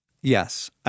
yes